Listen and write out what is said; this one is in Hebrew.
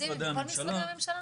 אתם עובדים עם כל משרדי הממשלה?